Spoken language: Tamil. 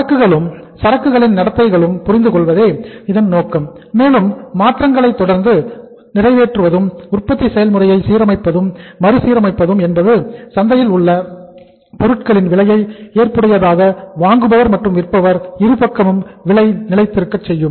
சரக்குகளும் சரக்குகளின் நடத்தைகளை புரிந்து கொள்வதே இதன் நோக்கம் மேலும் மாற்றங்களை தொடர்ந்து மாற்றங்களை நிறைவேற்றுவதும் உற்பத்தி செயல்முறை சீரமைப்பது மறு சீரமைப்பது என்பது சந்தையிலுள்ள பொருட்களின் விலையை ஏற்புடையதாக வாங்குபவர் மற்றும் விற்பவர் இருபக்கமும் விலை நிலைத்திருக்கச் செய்யும்